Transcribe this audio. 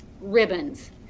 ribbons